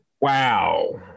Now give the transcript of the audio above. Wow